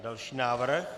Další návrh.